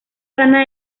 rana